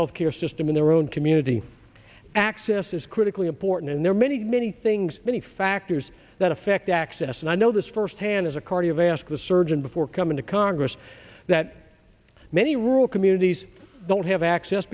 health care system in their own community access is critically important and there are many many things many factors that affect access and i know this firsthand as a cardiovascular surgeon before coming to congress that many rural communities don't have access